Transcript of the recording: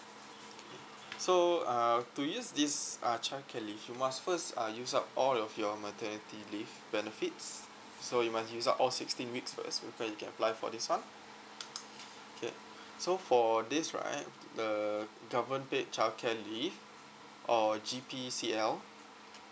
so uh to use this uh childcare leave you must first uh use up all of your maternity leave benefits so you must use up all sixteen weeks first before you can apply for this one okay so for this right the government paid childcare leave or G_P_C_L